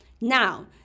Now